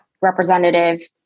representative